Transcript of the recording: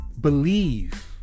believe